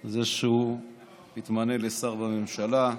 על זה שהוא התמנה לשר בממשלה.